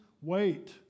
Wait